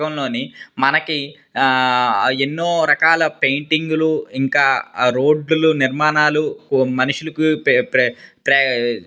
మనకి ఎన్నో రకాల పెయింటింగ్లు ఇంకా రోడ్లు నిర్మాణాలు మనుషులకి ప్ర ప్ర ప్ర